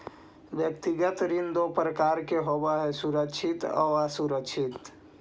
व्यक्तिगत ऋण दो प्रकार के होवऽ हइ सुरक्षित आउ असुरक्षित